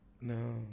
No